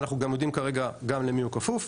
ואנחנו גם יודעים, כרגע גם למי הוא כפוף.